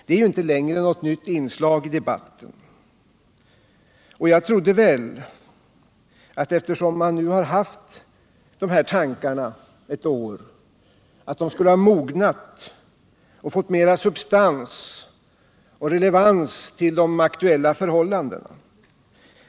Det är inte längre något nytt inslag i debatten, och jag trodde väl att när man nu har haft de här tankarna ett år skulle de ha mognat och fått mera substans och relevans för de aktuella förhållandena.